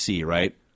right